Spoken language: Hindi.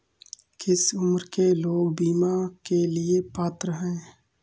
किस उम्र के लोग बीमा के लिए पात्र हैं?